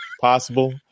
possible